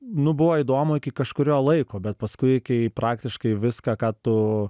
nu buvo įdomu iki kažkurio laiko bet paskui kai praktiškai viską ką tu